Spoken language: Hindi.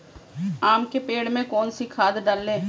आम के पेड़ में कौन सी खाद डालें?